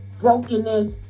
brokenness